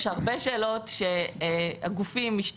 יש הרבה שאלות שהגופים: משטרה,